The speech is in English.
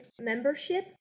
membership